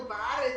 הוא בארץ,